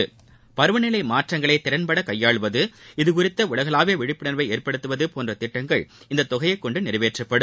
இதுகுறித்த பருவநிலை மாற்றங்களை திறன்பட கையாள்வது உலகளாவிய விழிப்புணர்வை ஏற்படுத்துவது போன்ற திட்டங்கள் இந்தத் தொகையைக் கொண்டு நிறைவேற்றப்படும்